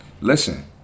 Listen